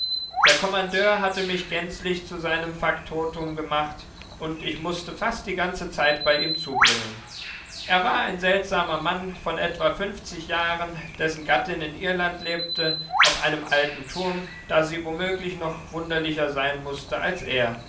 der kommandeur hatte mich gänzlich zu seinem faktotum gemacht und ich mußte fast die ganze zeit bei ihm zubringen er war ein seltsamen mann von etwa fünfzig jahren dessen gattin in irland lebte auf einem alten turm da sie womöglich noch wunderlicher sein mußte als er